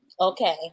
okay